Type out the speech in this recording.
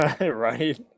Right